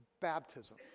baptism